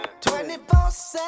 24-7